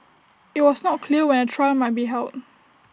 IT was not clear when A trial might be held